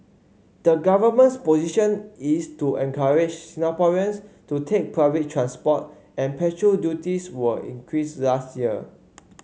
the government's position is to encourage Singaporeans to take public transport and petrol duties were increased last year